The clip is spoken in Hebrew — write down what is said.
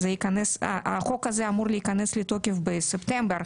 החוק הזה אמור להיכנס לתוקף בספטמבר,